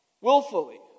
willfully